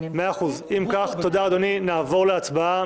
אם כך, נעבור להצבעה.